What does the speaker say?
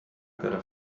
gotta